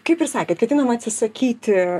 kaip ir sakėt ketinama atsisakyti